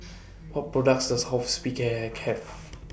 What products Does Hospicare Have